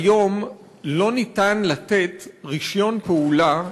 היום לא ניתן לתת רישיון פעולה לגן-ילדים,